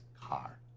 car